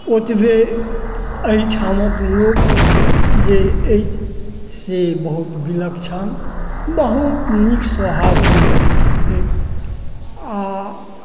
ओतबे एहिठामक लोक जे अछि से बहुत विलक्षण बहुत नीक स्वभावके लोक छै आ